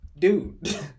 Dude